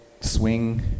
swing